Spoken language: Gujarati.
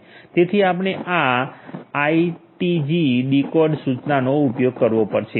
તેથી આપણે આ આઇટીજી ડીકોડ સૂચનાનો ઉપયોગ કરવો પડશે